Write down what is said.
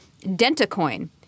DentaCoin